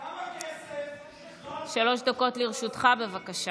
כמה כסף שחררתם מהרשות הפלסטינית,